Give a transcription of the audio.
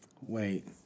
Wait